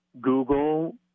Google